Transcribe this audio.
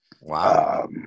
wow